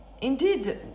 Indeed